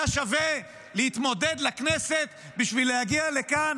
היה שווה להתמודד לכנסת בשביל להגיע לכאן